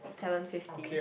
seven fifty